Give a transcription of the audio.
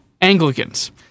Anglicans